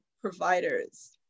providers